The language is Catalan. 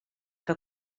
que